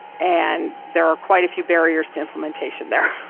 and there are quite a few barriers to implementation there,